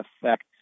affect